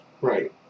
Right